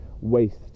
waste